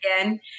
again